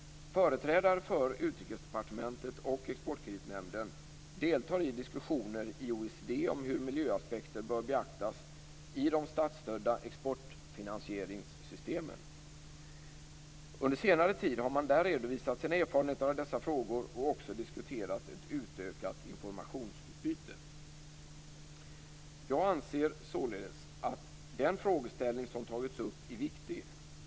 Företrädare för Utrikesdepartementet och Exportkreditnämnden deltar i diskussioner i OECD om hur miljöaspekter bör beaktas i de statsstödda exportfinansieringssystemen. Under senare tid har man där redovisat sina erfarenheter av dessa frågor och också diskuterat ett utökat informationsutbyte. Jag anser således att den frågeställning som tagits upp är viktig.